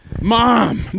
Mom